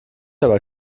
aber